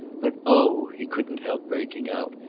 but oh, he couldn't help breaking out,